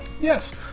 Yes